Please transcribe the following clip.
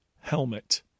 helmet